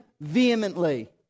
vehemently